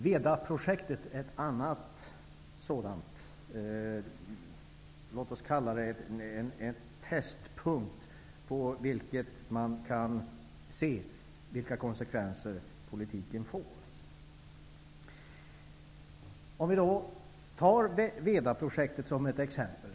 Vedaprojektet är en annan sådan testpunkt där man kan se vilka konsekvenser politiken får. Låt oss ta Vedaprojektet som ett exempel.